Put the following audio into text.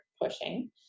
pushing